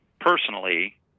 personally